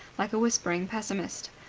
like a whispering pessimist.